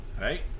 Right